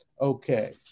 Okay